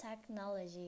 technology